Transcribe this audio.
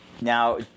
Now